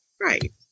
Right